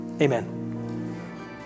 Amen